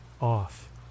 off